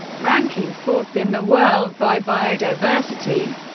ranking fourth in the world by biodiversity.